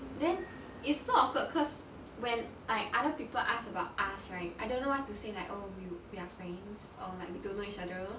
then it's so awkward cause when like other people asked about us right I don't know what to say like oh we we are friends or like we don't know each other